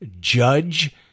judge